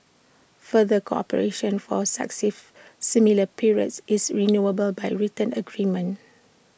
further cooperation for successive similar periods is renewable by written agreement